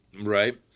Right